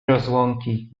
rozłąki